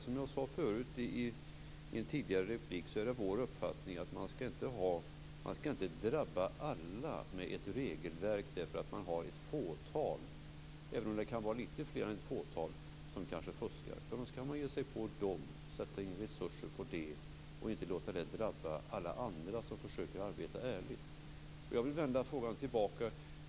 Som jag sade förut i en tidigare replik är det vår uppfattning att man inte ska låta alla drabbas av ett regelverk därför att det finns ett fåtal, eller kanske lite fler än ett fåtal, som kanske fuskar, utan då ska man ge sig på dem som fuskar och sätta in resurser på det och inte låta detta drabba alla andra som försöker arbeta ärligt. Jag vill ställa en fråga.